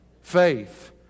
faith